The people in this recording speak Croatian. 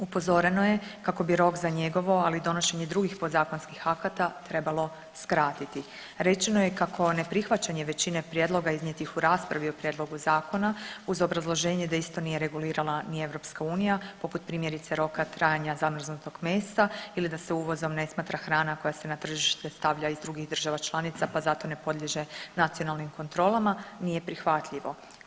Upozoreno je kako bi rok za njegovo, ali i donošenje drugih podzakonskih akata trebalo skratiti, rečeno je kako neprihvaćanje većine prijedloga iznijetih u raspravi o prijedlogu Zakona, uz obrazloženje da isto nije regulirala ni EU, poput primjerice, roka trajanja zamrznutog mesa ili da se uvozom ne smatra hrana koja se na tržište stavlja iz drugih država članica pa zato ne podliježe nacionalnim kontrolama, nije prihvatljivo.